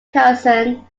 cousin